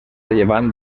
llevant